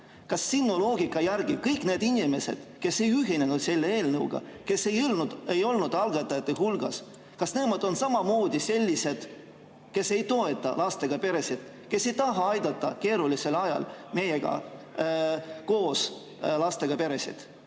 Kas sinu loogika järgi kõik need inimesed, kes ei ühinenud selle eelnõuga ja kes ei olnud algatajate hulgas, on samamoodi sellised, kes ei toeta lastega peresid, kes ei taha aidata keerulisel ajal meiega koos lastega peresid?